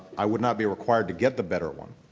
i would not be required to get the better one.